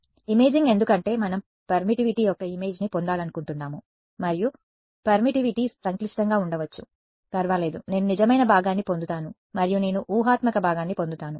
imaging ఎందుకంటే మనం permittivity యొక్క ఇమేజ్ని పొందాలనుకుంటున్నాము మరియు పర్మిటివిటీ సంక్లిష్టంగా ఉండవచ్చు పర్వాలేదు నేను నిజమైన భాగాన్ని పొందుతాను మరియు నేను ఊహాత్మక భాగాన్ని పొందుతాను